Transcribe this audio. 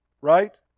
right